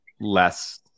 less